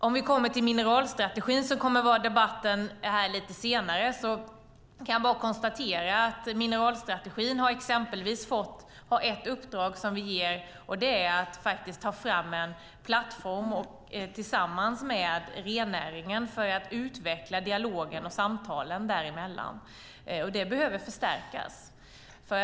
Om vi kommer till mineralstrategin, som debatten kommer att handla om lite senare, kan jag bara konstatera att vi har ett uppdrag som vi ger, och det är att man ska ta fram en plattform tillsammans med rennäringen för att utveckla dialogen och samtalen där emellan. Det behöver förstärkas.